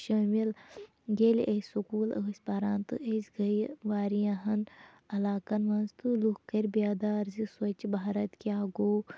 شٲمِل ییٚلہِ أسۍ سکوٗل ٲسۍ پران تہٕ أسۍ گٔیہِ واریاہَن علاقَن منٛز تہٕ لُکھ کٔرۍ بیدار زِ سوچھ بھارَت کیٛاہ گوٚو